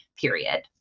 period